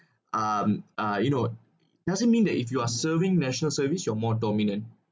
um uh you know doesn't mean that if you are serving national service you're more dominant